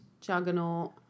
Juggernaut